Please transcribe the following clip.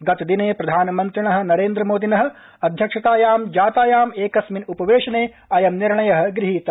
गतदिने प्रधानमन्त्रिण नेन्द्र मोदिन अध्यक्षतायों जातायातम् एकस्मिन् उपवेशने अयं निर्णय गृहीत